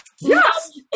Yes